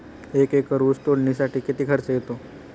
एक एकर ऊस तोडणीसाठी किती खर्च येतो?